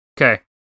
Okay